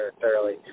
thoroughly